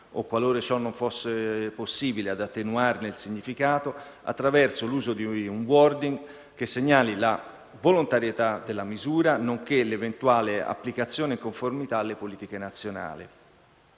o, qualora ciò non fosse possibile, ad attenuarne il significato attraverso l'uso di un *wording* che segnali la volontarietà della misura, nonché l'eventuale applicazione in conformità alle politiche nazionali.